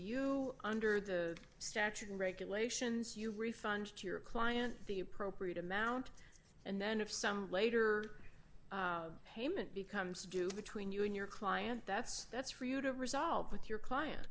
you under the statute and regulations you refund to your client the appropriate amount and then if some later payment becomes due between you and your client that's that's for you to resolve with your client